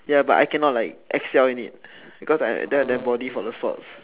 ya but I cannot like excel in it because I don't have the body for sports